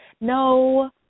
No